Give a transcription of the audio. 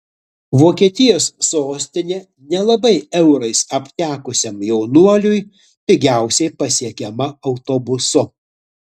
vokietijos sostinė nelabai eurais aptekusiam jaunuoliui pigiausiai pasiekiama autobusu